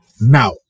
now